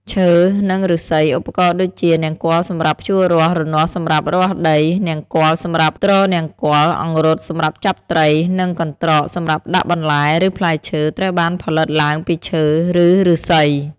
ឈើ និងឫស្សី ឧបករណ៍ដូចជា នង្គ័លសម្រាប់ ភ្ជួររាស់ រនាស់សម្រាប់ រាស់ដី នង្គ័ល សម្រាប់ទ្រនង្គ័ល អង្រុត សម្រាប់ចាប់ត្រី និង កន្ត្រក សម្រាប់ដាក់បន្លែឬផ្លែឈើ ត្រូវបានផលិតឡើងពីឈើ ឬឫស្សី។